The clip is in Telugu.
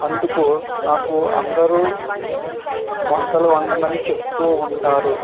అందుకు నాకు అందరు వంటలు వండమని చెప్తు ఉంటారు